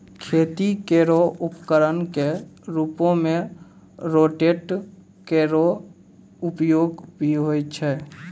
खेती केरो उपकरण क रूपों में रोटेटर केरो उपयोग भी होय छै